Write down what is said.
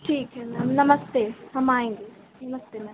ठीक है मैम नमस्ते हम आएँगे नमस्ते मैम